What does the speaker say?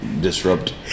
disrupt